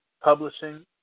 publishing